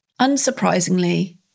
unsurprisingly